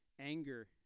anger